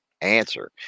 answer